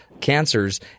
cancers